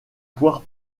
poires